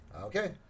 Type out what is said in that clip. Okay